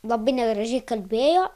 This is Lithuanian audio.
labai negražiai kalbėjo